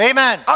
Amen